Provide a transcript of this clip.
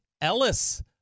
Ellis